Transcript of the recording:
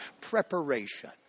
preparation